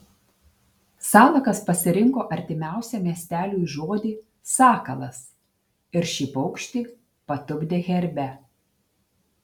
salakas pasirinko artimiausią miesteliui žodį sakalas ir šį paukštį patupdė herbe